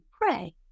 pray